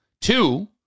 Two